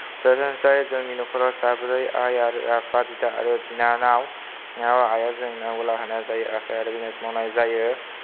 खोन्थानोसै जोंनि न'खराव साब्रै आइ आरो आफा बिदा आरो बिनानाव आइआ जोंना गला होनाय जायो आरो आफाया बिजनेस मावनाय जायो